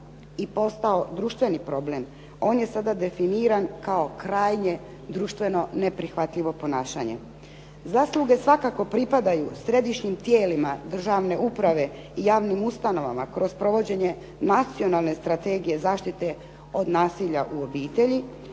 i postao društveni problem. On je sada definiran kao krajnje društveno neprihvatljivo ponašanje. Zasluge svakako pripadaju središnjim tijelima državne uprave i javnim ustanovama kroz provođenje Nacionalne strategije zaštite od nasilja u obitelji,